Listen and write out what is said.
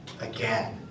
Again